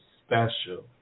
special